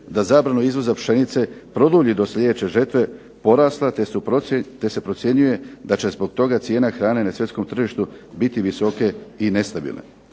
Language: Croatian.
da zabranu izvoza pšenice produlji do sljedeće žetve porasla te se procjenjuje da će zbog toga cijena hrane na svjetskom tržištu biti visoke i nestabilne.